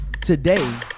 today